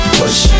push